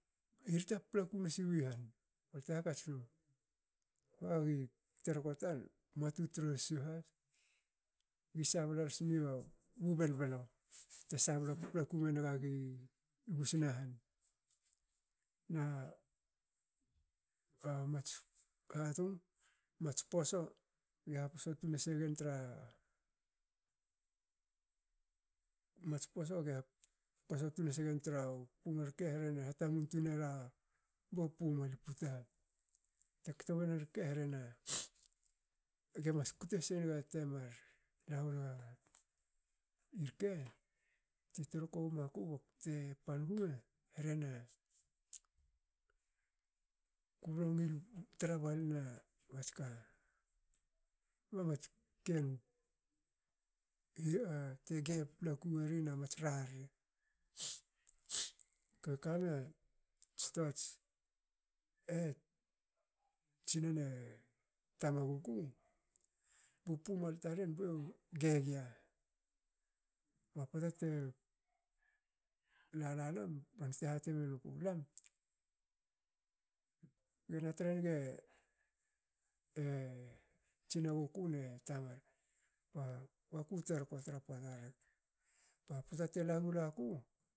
Hirta paplku na siwi han balte hakats num bagi terko tan muatu trossu has. gi sablan simia bu bel belo bte sabla paplaku mengagi gusna han na a mats katum mats poso ge haposo tun nasegen tra mats poso ge haposo tun nasegen tra mats poso ge haposo tun nasegen tra u pumal rke na hatamun tunera bu pumal puta. Te kto wonen rke rhena ge mas kute senaga temar laona irke tu terko womaku bakute pan gme hrene kumnu ngil tra balina mats ka- ba mats bate gei papalaku weri na mats rarre. Kakamiats toats tsinane tamaguku bu pumal taren bu gegia ba pota te la- lam bante hati menuku,"lam gena tre nge e tsinaguku ne tamaguku," bako terko tra pota rek. ba pota tela gulaku